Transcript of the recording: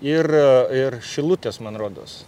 ir ir šilutės man rodos